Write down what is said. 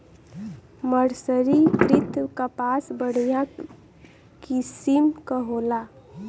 मर्सरीकृत कपास बढ़िया किसिम क होला